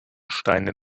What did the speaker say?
steine